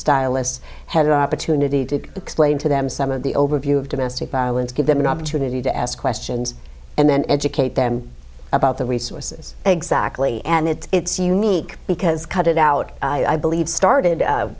stylists had an opportunity to explain to them some of the overview of domestic violence give them an opportunity to ask questions and then educate them about the resources exactly and it's unique because cut it out i believe started